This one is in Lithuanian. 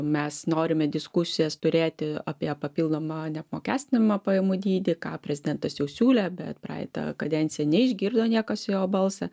mes norime diskusijas turėti apie papildomą neapmokestinamą pajamų dydį ką prezidentas jau siūlė bet praeitą kadenciją neišgirdo niekas jo balsą